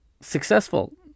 successful